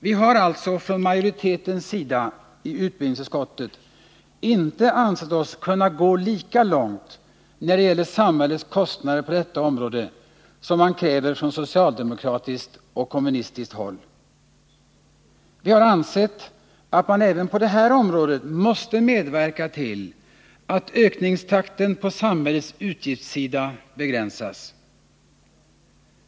Vi har alltså från utskottsmajoritetens sida inte ansett oss kunna gå lika långt när det gäller samhällets kostnader på detta område som man kräver från socialdemokratiskt och kommunistiskt håll. Vi har ansett att man även på det här området måste medverka till att ökningstakten på samhällets utgiftssida begränsas.